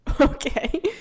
Okay